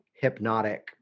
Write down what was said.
hypnotic